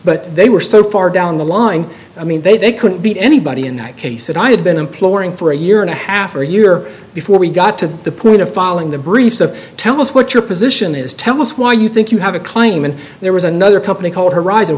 but they were so far down the line i mean they they couldn't beat anybody in that case and i had been imploring for a year and a half or a year before we got to the point of filing the brief so tell us what your position is tell us why you think you have a claim and there was another company called horizon